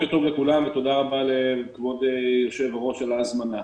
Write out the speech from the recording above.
לכולם ותודה רבה לכבוד היושב-ראש על ההזמנה.